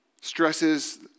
Stresses